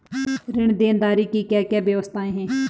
ऋण देनदारी की क्या क्या व्यवस्थाएँ हैं?